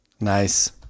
Nice